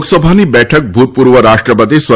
લોકસભાની બેઠક ભૂતપૂર્વ રાષ્ટ્રપતિ સ્વ